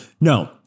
No